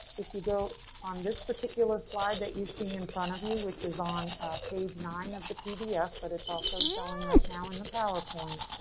if you go on this particular slide that you see in front of you, which is on page nine of the pdf, but it's also showing right now in the powerpoint.